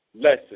lesson